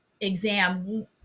exam